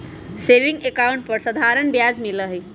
saving account पर साधारण ब्याज मिला हई